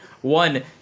one